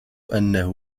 أنه